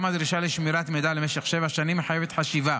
גם הדרישה לשמירת מידע למשך שבע שנים מחייבת חשיבה,